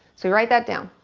so, write that down.